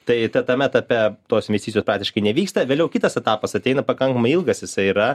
tai ta tam etape tos investicijos praktiškai nevyksta vėliau kitas etapas ateina pakankamai ilgas jisai yra